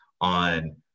on